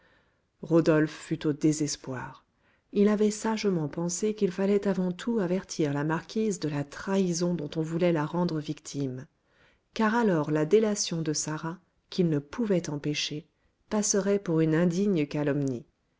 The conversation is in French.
rodolphe fut au désespoir il avait sagement pensé qu'il fallait avant tout avertir la marquise de la trahison dont on voulait la rendre victime car alors la délation de sarah qu'il ne pouvait empêcher passerait pour une indigne calomnie